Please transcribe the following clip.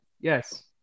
Yes